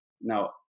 now